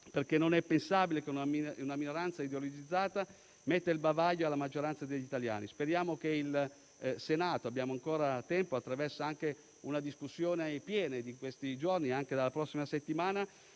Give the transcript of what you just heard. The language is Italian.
perché non è pensabile che una minoranza ideologizzata metta il bavaglio alla maggioranza degli italiani. Speriamo che il Senato - abbiamo ancora tempo - anche attraverso le discussioni dei prossimi giorni e della prossima settimana